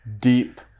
Deep